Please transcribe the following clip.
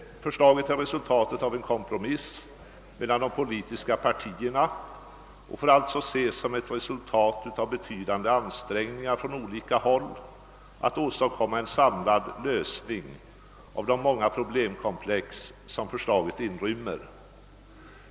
Förslaget är resultatet av en kompromiss mellan de politiska partierna och får därför ses som ett resultat av betydande ansträngningar från olika håll att åstadkomma en samlad lösning av de många problemkomplex som förslaget inrymmer.